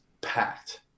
packed